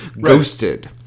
Ghosted